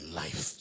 life